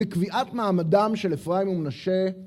בקביעת מעמדם של אפרים ומנשה